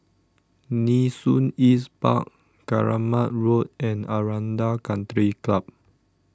Nee Soon East Park Keramat Road and Aranda Country Club